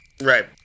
Right